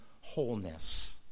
wholeness